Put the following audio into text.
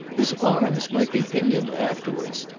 his arms might be pinioned afterwards,